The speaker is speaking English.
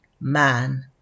Man